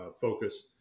focus